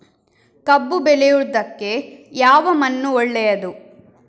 ಕಬ್ಬು ಬೆಳೆಯುವುದಕ್ಕೆ ಯಾವ ಮಣ್ಣು ಒಳ್ಳೆಯದು?